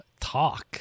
talk